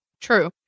True